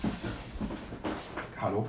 hello